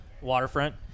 waterfront